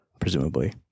presumably